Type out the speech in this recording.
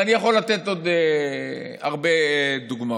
ואני יכול לתת עוד הרבה דוגמאות.